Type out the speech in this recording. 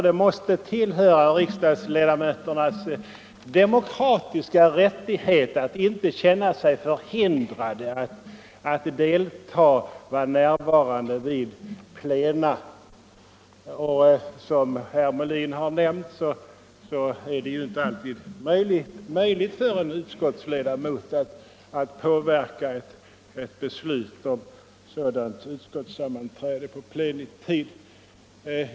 Det måste tillhöra riksdagsledamöternas demokratiska rättigheter att inte känna sig förhindrade att närvara vid plena. Som herr Molin har nämnt är det ju inte alltid möjligt för en utskottsledamot att påverka ett beslut om utskottssammanträde på plenitid.